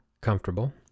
comfortable